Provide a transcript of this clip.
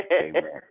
Amen